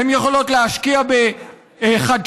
הן יכולות להשקיע בחדשנות,